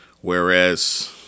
Whereas